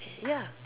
ya